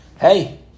hey